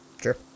Sure